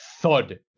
thud